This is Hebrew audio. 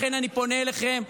לכן אני פונה אליכם,